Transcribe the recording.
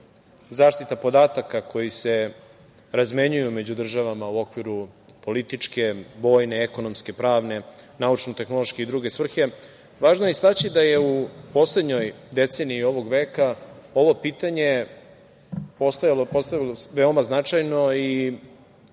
zaštita podataka koji se razmenjuju među državama u okviru političke, vojne, ekonomske, pravne, naučno-tehnološke i druge svrhe, važno je istaći da je u poslednjoj deceniji ovog veka ovo pitanje postalo veoma značajno i